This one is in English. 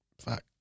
fuck